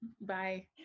bye